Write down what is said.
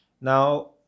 Now